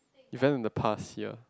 event in the past year